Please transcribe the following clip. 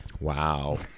Wow